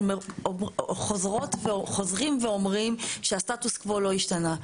אנחנו חוזרים ואומרים שהסטטוס קוו לא השתנה.